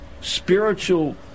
spiritual